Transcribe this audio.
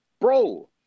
Bro